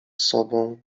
sobą